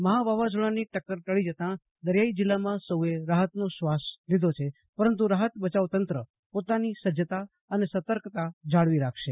મહા વાવાઝોડાની ટક્કર ટળી જતાં દરિયાઈ જિલ્લામાં સૌએ રાહતનો શ્વાસ લીધો છે પરંતુ રાહત બચાવ તંત્ર પોતાની સજજતા અને સતર્કતા જાળવી રાખશે